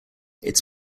its